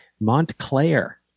montclair